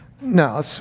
No